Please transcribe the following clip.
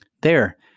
There